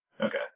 Okay